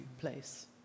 place